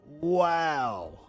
Wow